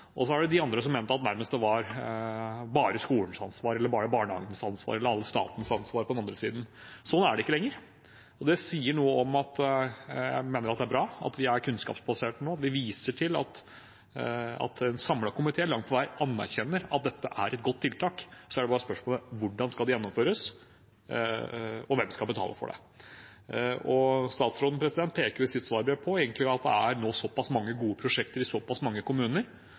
det mener jeg er bra, og det sier noe om at vi nå er kunnskapsbaserte. En samlet komité anerkjenner langt på vei at dette er et godt tiltak. Så er bare spørsmålet hvordan det skal gjennomføres, og hvem som skal betale for det. Statsråden peker i sitt svarbrev på at det nå egentlig er såpass mange gode prosjekter i såpass mange kommuner – og støtter det – at det nå må få sildre og gå. Det er en helt grei inngang til saken. Det er snarere veldig bra at det